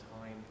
time